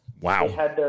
Wow